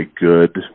good